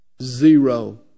Zero